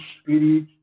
spirit